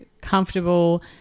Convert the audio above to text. comfortable